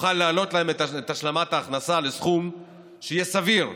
נוכל להעלות להם את השלמת ההכנסה לסכום שיהיה סביר,